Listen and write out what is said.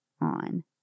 on